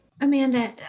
Amanda